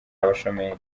abashomeri